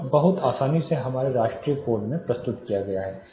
यह बहुत आसानी से हमारे राष्ट्रीय कोड में प्रस्तुत किया गया है